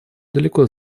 далеко